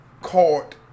caught